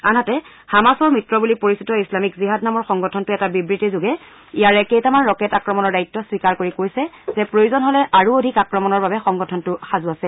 আনহাতে হামাছৰ মিত্ৰ বুলি পৰিচিত ইছলামিক জিহাদ নামৰ সংগঠনটোৱে এটা বিবৃতি যোগে ইয়াৰে কেইটামান ৰকেট আক্ৰমণৰ দায়িত্ব স্বীকাৰ কৰি কৈছে যে প্ৰয়োজন হ'লে আৰু অধিক আক্ৰমণৰ বাবে সংগঠনটো সাজু আছে